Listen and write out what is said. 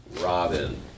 Robin